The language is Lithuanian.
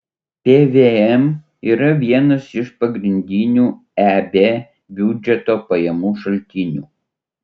pvm yra vienas iš pagrindinių eb biudžeto pajamų šaltinių